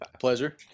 pleasure